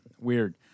weird